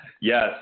Yes